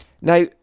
Now